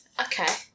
Okay